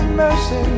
mercy